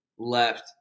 Left